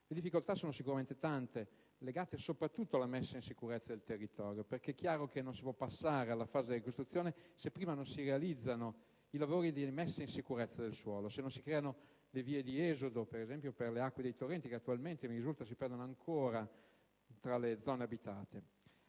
Le difficoltà sono sicuramente tante, legate soprattutto alla messa in sicurezza del territorio, perché è chiaro che non si può passare alla fase della ricostruzione se prima non si realizzano i lavori della messa in sicurezza del suolo, se non si creano le vie di esodo, per esempio, delle acque dei torrenti, che attualmente - mi risulta - si perdono ancora tra le zone abitate.